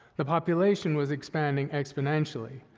the population was expanding exponentially,